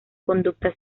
conducta